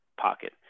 pocket